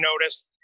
noticed